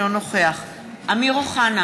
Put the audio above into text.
אינו נוכח אמיר אוחנה,